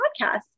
podcast